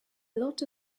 lot